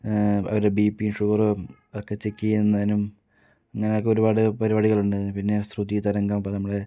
അവരുടെ B P ഷുഗറും ഒക്കെ ചെക്ക് ചെയ്യുന്നതിനും ഇങ്ങനെയൊക്കെ ഒരുപാട് പരിപാടികളുണ്ട് പിന്നെ ശ്രുതി തരംഗം അപ്പം നമ്മുടെ